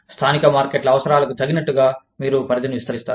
స్థానిక మార్కెట్ల అవసరాలకు తగినట్లుగా మీరు పరిధిని విస్తరిస్తారు